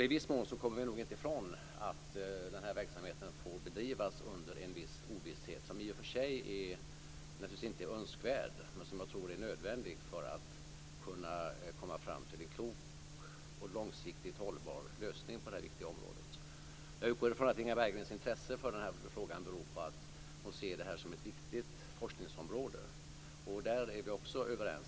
I viss mån kommer vi inte ifrån att verksamheten får bedrivas under en viss ovisshet, som i och för sig inte är önskvärd men nödvändig för att kunna komma fram till en klok och långsiktigt hållbar lösning på detta viktiga område. Jag utgår från att Inga Berggrens intresse för frågan beror på att hon ser detta som ett viktigt forskningsområde. Där är vi också överens.